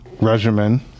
regimen